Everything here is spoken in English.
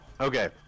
okay